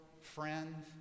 friend